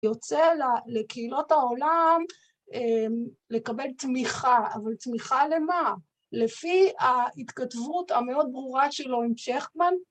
‫יוצא לקהילות העולם לקבל תמיכה, ‫אבל תמיכה למה? ‫לפי ההתכתבות המאוד ברורה ‫שלו עם שכטמן.